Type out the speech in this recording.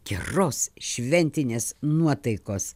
geros šventinės nuotaikos